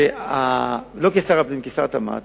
לא כשר הפנים,